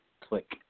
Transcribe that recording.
click